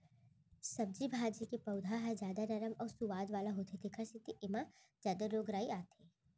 सब्जी भाजी के पउधा ह जादा नरम अउ सुवाद वाला होथे तेखर सेती एमा जादा रोग राई आथे